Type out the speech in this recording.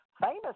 famous